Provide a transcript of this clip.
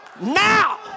Now